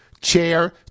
Chair